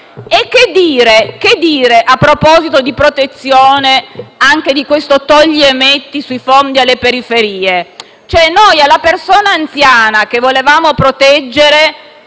E che dire a proposito di protezione, di questo "togli e metti" sui fondi alle periferie?